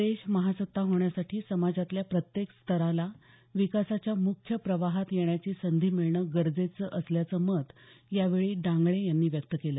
देश महासत्ता होण्यासाठी समाजातल्या प्रत्येक स्तराला विकासाच्या मुख्य प्रवाहात येण्याची संधी मिळणं गरजेचं असल्याचं मत यावेळी डांगळे यांनी व्यक्त केलं